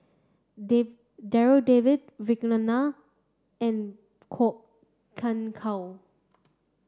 Darryl David Vikram Nair and Kwok Kian Chow